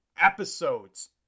episodes